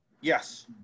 Yes